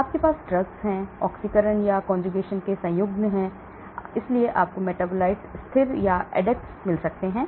तो आपके पास ड्रग्स हैं आपके पास ऑक्सीकरण या संयुग्मन है इसलिए आपको मेटाबोलाइट्स स्थिर एडेक्ट मिल सकते हैं